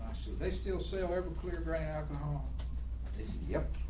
they still sale everclear graph. and yep.